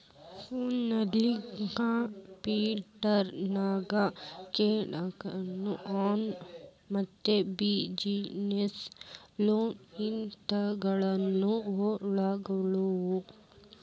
financial capital ನ್ಯಾಗ್ credit card loan ಮತ್ತ business loan ಇತಾದಿಗಳನ್ನ ಒಳ್ಗೊಂಡಿರ್ತಾವ